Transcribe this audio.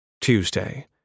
Tuesday